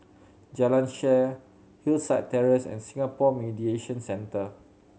Jalan Shaer Hillside Terrace and Singapore Mediation Centre